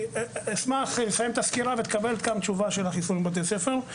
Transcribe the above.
אשמח לסיים את הסקירה ותקבל גם תשובה של החיסון בבתי הספר.